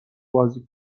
بازی